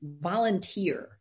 volunteer